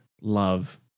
love